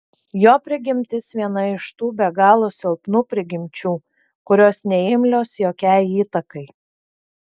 jo prigimtis viena iš tų be galo silpnų prigimčių kurios neimlios jokiai įtakai